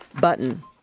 button